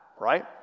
right